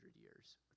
years